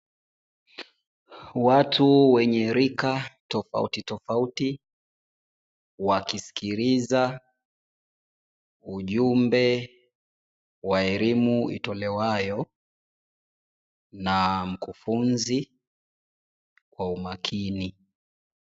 Watu wenye rika tofautitofauti, wakisikiliza ujumbe wa elimu itolewayo na mkufunzi kwa umakini.